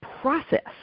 process